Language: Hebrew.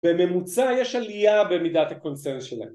בממוצע יש עלייה במידת הקונצנזוס שלה